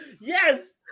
yes